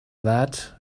that